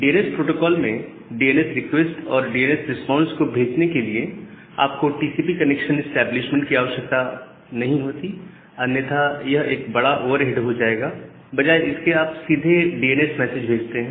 DNS protocol में DNS request और DNS response को भेजने के लिए आपको टीसीपी कनेक्शन इस्टैब्लिशमेंट की आवश्यकता नहीं होती अन्यथा यह एक बड़ा ओवरहेड हो जाएगा बजाय इसके आप सीधे डीएनएस मैसेज भेजते हैं